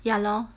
ya lor